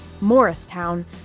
Morristown